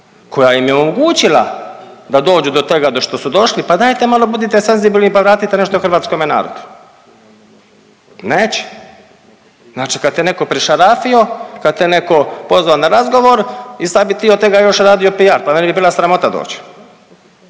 koja im je omogućila da dođu do toga do što su došli, pa dajte malo budite senzibilni pa vratite nešto hrvatskome narodu. Neće, znači kad te neko prišarafio, kad te netko pozvao na razgovor i sad bi od tega još radio PR, pa mene bi bila sramota doći.